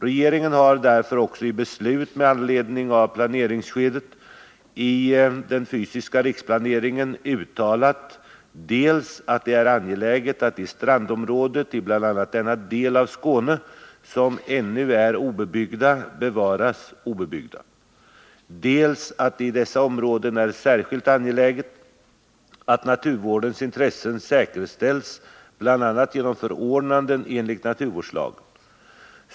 Regeringen har därför också i beslut med anledning av planeringsskedet i den fysiska riksplaneringen uttalat dels att det är angeläget att de strandområden i bl.a. denna del av Skåne som ännu är obebyggda bevaras obebyggda, dels att det i dessa områden är särskilt angeläget att naturvårdens intressen säkerställs bl.a. genom förordnanden enligt naturvårdslagen.